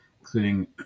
including